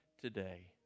today